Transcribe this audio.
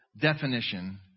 definition